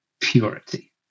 purity